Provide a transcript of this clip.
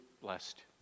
blessed